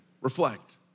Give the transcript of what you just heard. Reflect